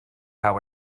how